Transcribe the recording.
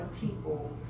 people